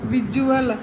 visual